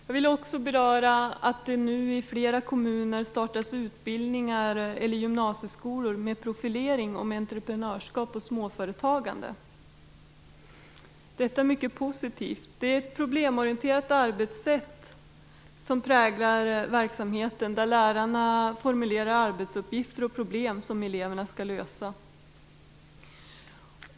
Jag vill också beröra att det nu i flera kommuner startar utbildningar eller gymnasieskolor med profilering om entreprenörskap och småföretagande. Detta är mycket positivt. Det är ett problemorienterat arbetssätt som präglar verksamheten, där lärarna formulerar arbetsuppgifter och problem som eleverna skall lösa.